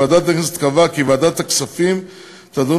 ועדת הכנסת קבעה כי ועדת הכספים תדון